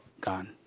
gone